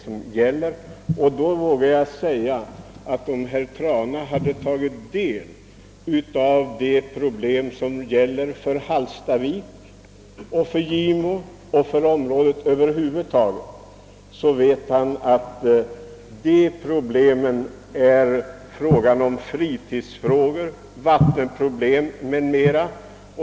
Om herr Trana tagit del av Hallstaviks och Gimos problem, liksom av hela områdets problem, skulle han ha känt till att det rör sig om fritidsfrågor, vattenproblem m.m.